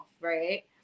right